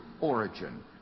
origin